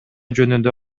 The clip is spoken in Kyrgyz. жөнүндө